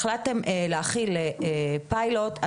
החלטתם להתחיל פיילוט משלכם,